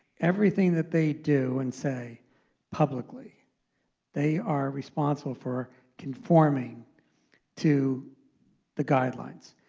everything that they do and say publicly they are responsible for conforming to the guidelines.